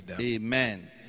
Amen